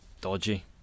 dodgy